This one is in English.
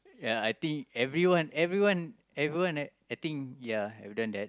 ya I think everyone everyone everyone eh I think ya have done that